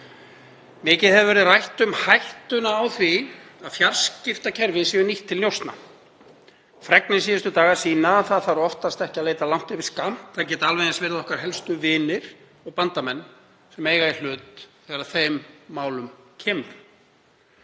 Mikið hefur verið rætt um hættuna á því að fjarskiptakerfi séu nýtt til njósna. Fregnir síðustu daga sýna að oftast þarf ekki að leita langt yfir skammt. Það geta alveg eins verið helstu vinir okkar og bandamenn sem eiga í hlut þegar að þeim málum kemur.